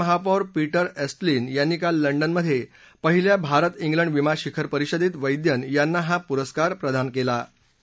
लंडनचे महापौर Peter Estlin यांनी काल लंडनमधे पहिल्या भारत शिलंड विमा शिखर परिषदेत वैद्यन यांना हा पुरस्कार प्रदान केला